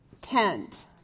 tent